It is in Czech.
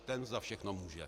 Ten za všechno může!